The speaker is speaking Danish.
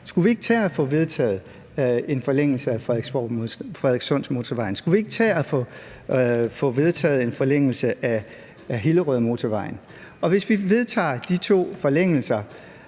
Skulle vi ikke tage at få vedtaget en forlængelse af Frederikssundmotorvejen? Skulle vi ikke tage og få vedtaget en forlængelse af Hillerødmotorvejen? Hvis vi vedtager de to forlængelser